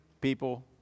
people